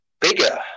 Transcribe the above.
bigger